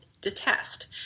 detest